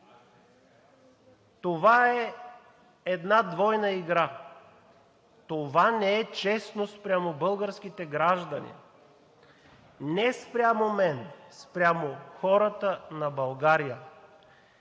Това е една двойна игра. Това не е честно спрямо българските граждани. Не спрямо мен, а спрямо хората на България.